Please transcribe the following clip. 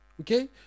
okay